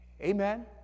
Amen